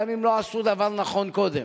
גם אם לא עשו דבר נכון קודם.